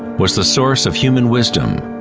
was the source of human wisdom.